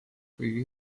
kõige